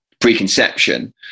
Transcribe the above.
preconception